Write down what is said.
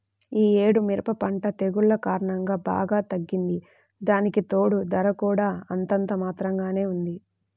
యీ యేడు మిరప పంట తెగుల్ల కారణంగా బాగా తగ్గింది, దానికితోడూ ధర కూడా అంతంత మాత్రంగానే ఉంది